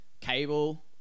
cable